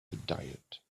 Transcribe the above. diet